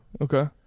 Okay